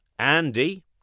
Andy